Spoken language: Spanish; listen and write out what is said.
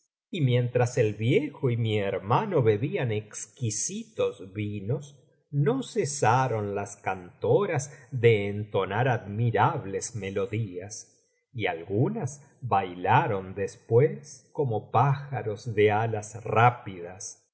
y mientras el viejo y mi hermano bebían exquisitos vinos no cesaron las cantoras de entonar admirables melodías y algunas bailaron después como pájaros de alas rápidas